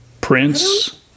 Prince